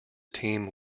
team